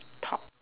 top